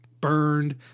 burned